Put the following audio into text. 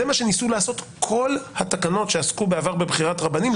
זה מה שניסו לעשות כל התקנות שעסקו בעבר בבחירת רבנים,